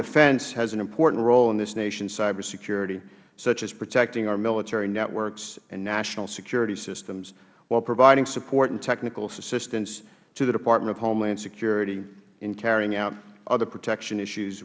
defense has an important role in this nation's cybersecurity such as protecting our military networks and national security systems while providing support and technical assistance to the department of homeland security in carrying out other protection issues